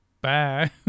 Bye